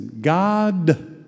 God